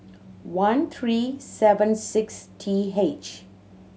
one three seven six T H